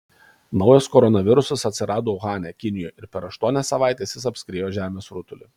naujas koronavirusas atsirado uhane kinijoje ir per aštuonias savaites jis apskriejo žemės rutulį